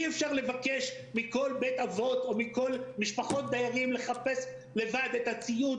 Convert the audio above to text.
אי-אפשר לבקש מכל בית אבות או מכל משפחות דיירים לחפש לבד את הציוד,